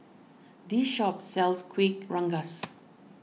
this shop sells Kueh Rengas